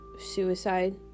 suicide